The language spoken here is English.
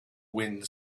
wind